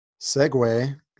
segue